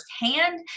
firsthand